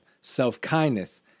self-kindness